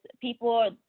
people